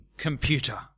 computer